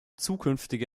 zukünftige